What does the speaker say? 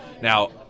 Now